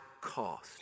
cost